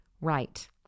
right